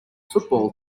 football